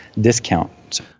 discount